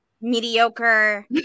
mediocre